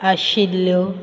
आशिल्ल्यो